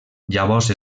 llavors